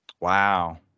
Wow